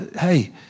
hey